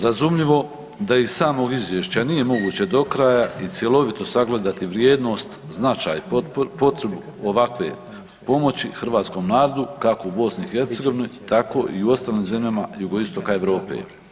Razumljivo da iz samog izvješća nije moguće dokraja i cjelovito sagledati vrijednost, značaj, potrebu ovakve pomoći hrvatskom narodu kako u BiH tako i u ostalim zemljama Jugoistoka Europe.